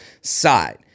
side